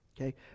okay